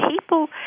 people